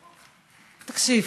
תקשיב,